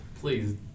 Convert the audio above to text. Please